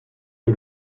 que